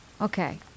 Okay